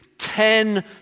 Ten